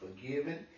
forgiven